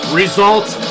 results